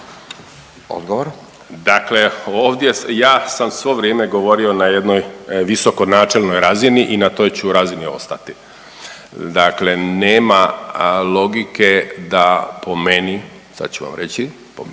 Juro** Dakle, ovdje ja sam svo vrijeme govorio na jednoj visoko načelnoj razini i na toj ću razini ostati. Dakle, nema logike da po meni, sad ću vam reći, po meni,